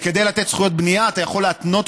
וכדי לתת זכויות בנייה אתה יכול להתנות